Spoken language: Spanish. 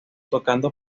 tocando